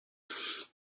was